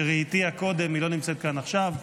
שראיתיה קודם, היא לא נמצאת כאן עכשיו.